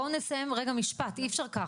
בואו נסיים רגע משפט, אי אפשר ככה.